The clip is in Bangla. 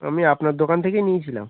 আমি আপনার দোকান থেকেই নিয়েছিলাম